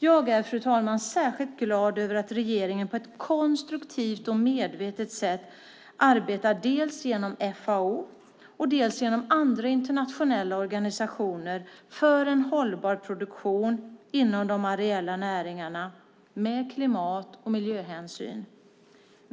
Jag är, fru talman, särskilt glad över att regeringen på ett konstruktivt och medvetet sätt arbetar dels genom FAO, dels genom andra internationella organisationer för en hållbar produktion inom de areella näringarna med klimat och miljöhänsyn.